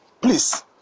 please